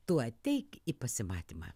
tu ateik į pasimatymą